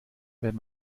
wenn